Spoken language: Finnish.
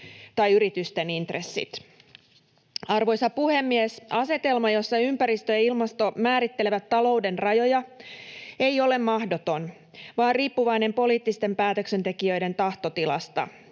tai yritysten intressit. Arvoisa puhemies! Asetelma, jossa ympäristö ja ilmasto määrittelevät talouden rajoja, ei ole mahdoton vaan riippuvainen poliittisten päätöksentekijöiden tahtotilasta.